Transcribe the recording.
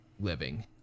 living